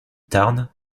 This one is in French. tarn